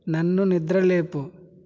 నన్ను నిద్ర లేపు